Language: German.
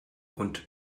und